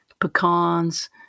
pecans